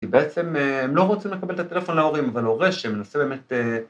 ‫כי בעצם הם לא רוצים לקבל ‫את הטלפון להורים, אבל הורה שמנסה באמת...